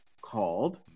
called